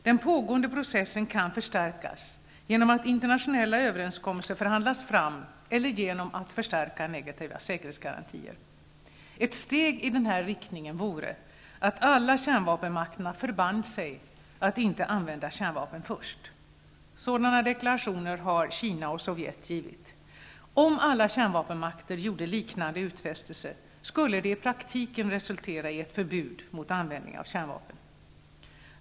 Den pågående processen kan förstärkas genom att internationella överenskommelser förhandlas fram eller genom att förstärka negativa säkerhetsgarantier. Ett steg i denna riktning vore att alla kärnvapenmakterna förband sig att inte använda kärnvapen först. Sådana deklarationer har Kina och Sovjetunionen avgivit. Om alla kärnvapenmakter gjorde liknande utfästelser, skulle det i praktiken resultera i ett förbud mot användning av kärnvapen.